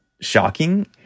shocking